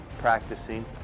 practicing